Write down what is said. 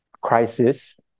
crisis